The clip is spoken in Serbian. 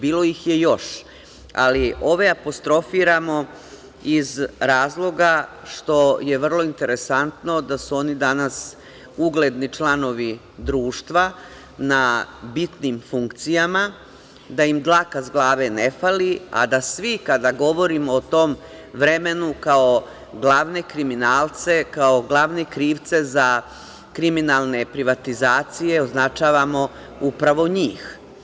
Bilo ih je još, ali ove apostrofiramo iz razloga što je vrlo interesantno da su oni danas ugledni članovi društva na bitnim funkcijama, da im dlaka sa glave ne fali, a da svi kada govorimo o tom vremenu kao glavne kriminalce, kao glavne krivce za kriminalne privatizacije označavamo upravo njih.